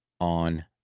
on